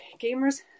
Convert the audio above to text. gamers